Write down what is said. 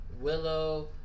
Willow